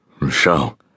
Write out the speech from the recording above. Michelle